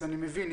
אני מבין,